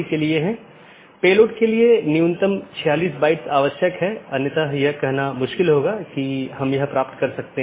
इसलिए बहुत से पारगमन ट्रैफ़िक का मतलब है कि आप पूरे सिस्टम को ओवरलोड कर रहे हैं